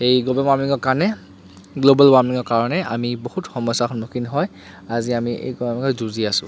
এই গ্ল'বেল ৱাৰ্মিঙৰ কাণে গ্ল'বেল ৱাৰ্মিঙৰ কাৰণে আমি বহুত সমস্যা সন্মুখীন হয় আজি আমি এই গৰমত যুঁজি আছোঁ